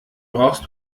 brauchst